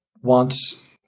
wants